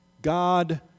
God